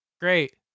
great